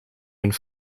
hun